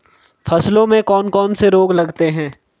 फसलों में कौन कौन से रोग लगते हैं?